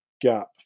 gap